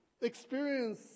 experience